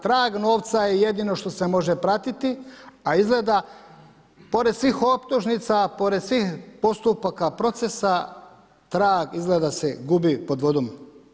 Trag novca je jedino što se može pratiti, a izgleda, pored svih optužnica, pored svih postupaka, procesa, trag izgleda se gubi pod vodom.